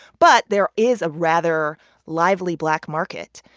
but there is a rather lively black market.